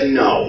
no